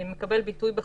מקבל ביטוי בחקיקה.